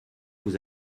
vous